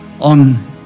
on